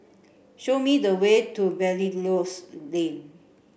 show me the way to Belilios Lane